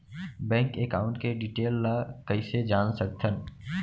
Bank account के detail ल कइसे जान सकथन?